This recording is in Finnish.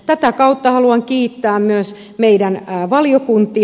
tätä kautta haluan kiittää myös meidän valiokuntia